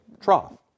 trough